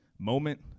moment